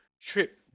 trip